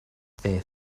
their